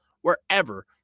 wherever